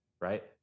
right